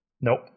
Nope